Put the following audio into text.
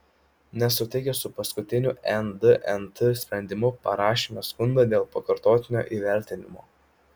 nesutikę su paskutiniu ndnt sprendimu parašėme skundą dėl pakartotinio įvertinimo